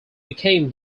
became